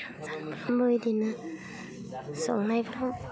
सानफ्रामबो बिदिनो संनायफ्राव